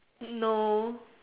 no